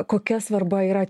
kokia svarba yra